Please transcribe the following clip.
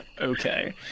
okay